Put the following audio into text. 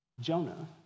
Jonah